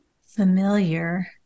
familiar